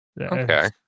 Okay